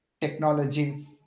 technology